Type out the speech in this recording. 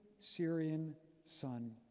syrian sun.